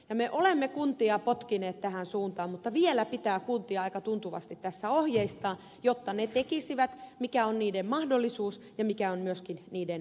me olemme kuntia potkineet tähän suuntaan mutta vielä pitää kuntia aika tuntuvasti tässä ohjeistaa jotta ne tekisivät sen mikä on niiden mahdollisuus ja mikä on myöskin niiden velvoite